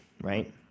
right